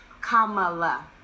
Kamala